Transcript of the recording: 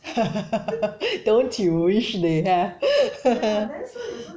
don't you wish they have